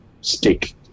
stick